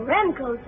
Remco